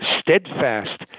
steadfast